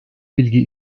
bilgi